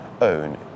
own